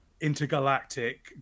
intergalactic